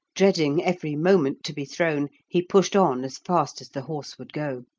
dreading every moment to be thrown, he pushed on as fast as the horse would go.